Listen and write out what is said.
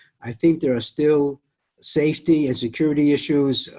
i think there are still safety and security issues.